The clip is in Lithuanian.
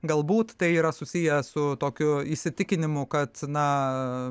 galbūt tai yra susiję su tokiu įsitikinimu kad na